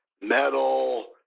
metal